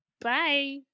bye